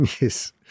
Yes